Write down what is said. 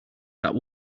that